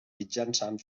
mitjançant